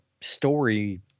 story